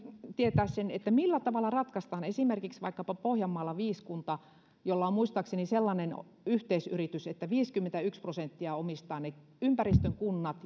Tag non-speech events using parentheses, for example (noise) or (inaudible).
tietää sen millä tavalla ratkaistaan esimerkiksi pohjanmaalla viiskunta jolla on muistaakseni sellainen yhteisyritys josta viisikymmentäyksi prosenttia omistavat ne ympäristökunnat (unintelligible)